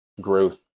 growth